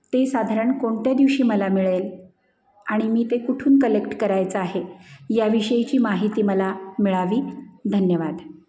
ते साधारण कोणत्या दिवशी मला मिळेल आणि मी ते कुठून कलेक्ट करायचं आहे या विषयीची माहिती मला मिळावी धन्यवाद